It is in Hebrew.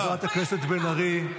שאתה פחות מזרחי ממני?